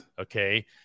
Okay